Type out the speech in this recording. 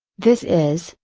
this is,